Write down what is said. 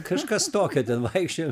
kažkas tokio ten vaikščiojom